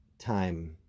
time